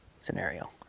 scenario